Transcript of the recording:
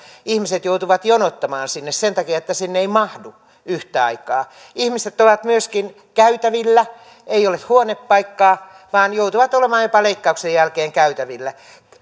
ihmiset joutuvat jonottamaan sen takia että sinne ei mahdu yhtä aikaa ihmiset ovat myöskin käytävillä ei ole huonepaikkaa vaan he joutuvat olemaan jopa leikkauksen jälkeen käytävillä